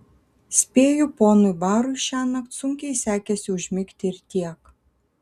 spėju ponui barui šiąnakt sunkiai sekėsi užmigti ir tiek